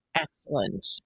Excellent